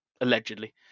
allegedly